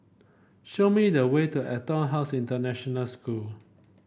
show me the way to EtonHouse International School